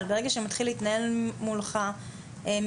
ברגע שמתחיל להתנהל מולו משפט,